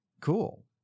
cool